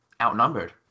outnumbered